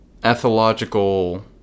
ethological